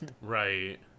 Right